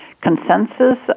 consensus